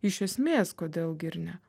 iš esmės kodėl gi ir ne